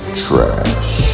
trash